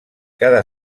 cada